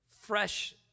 fresh